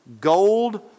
gold